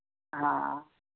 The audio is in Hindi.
हाँ